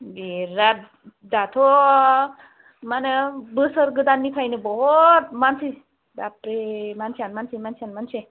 बिराद दाथ' मा होनो बोसोर गोदाननिफ्रायनो बुहद मानसि बाफरे मानसियानो मानसि मानसियानो मानसि